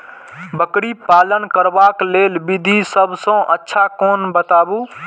बकरी पालन करबाक लेल विधि सबसँ अच्छा कोन बताउ?